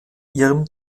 ihrem